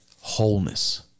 wholeness